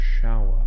shower